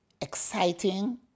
exciting